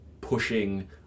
pushing